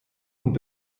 und